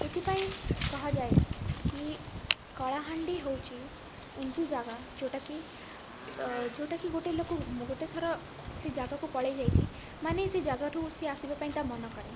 ସେଥିପାଇଁ କୁହାଯାଏ କି କଳାହାଣ୍ଡି ହେଉଛି ଏମିତି ଜାଗା ଯେଉଁଟାକି ଯେଉଁଟାକି ଗୋଟେ ଲୋକ ଗୋଟେ ଥର ସେଇ ଜାଗାକୁ ପଳେଇଯାଇଛି ମାନେ ସେ ଜାଗାଟାକୁ ସେ ଆସିବା ପାଇଁ ତା ମନ କରେନି